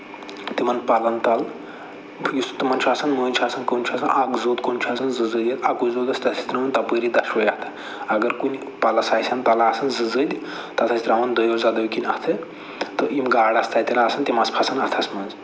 تِمَن پَلن تَل یُس تِمَن چھُ آسان مٔنٛزۍ چھُ آسان تِمَن چھُ آسان اَکھ زوٚد کُنہِ چھُ آسان زٕ زٔدۍ یتھ اَکُے زٔدۍ آسہِ تتھ ٲسۍ ترٛاوان تَپٲری دۅشوے اَتھٕ اَگر کُنہِ پَلس آسن تَلہٕ آسن زٕ زٔدۍ تَتھ ٲسۍ ترٛاوان دۅیو زٔدٮ۪و کِنۍ اَتھٕ تہٕ یِم گاڈٕ آسہٕ تَتٮ۪ن آسان تِم آسہٕ پھسان اَتھ منٛز